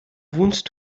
wohnst